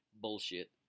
bullshit